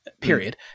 period